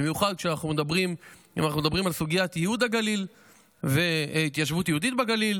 במיוחד אם אנחנו מדברים על סוגיית ייהוד הגליל והתיישבות יהודית בגליל,